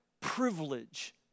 privilege